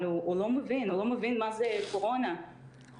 בואו נקווה שנחזור ולא יהיה צורך בחקיקה הזו,